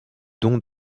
don